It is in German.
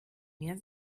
mehr